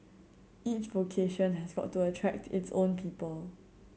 each vocation has got to attract its own people